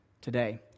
today